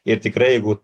ir tikrai jeigu